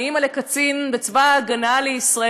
אני אימא לקצין בצבא ההגנה לישראל,